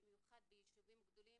במיוחד ביישובים גדולים,